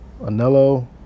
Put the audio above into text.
Anello